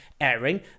airing